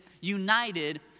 united